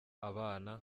abana